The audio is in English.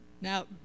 Now